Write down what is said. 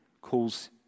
calls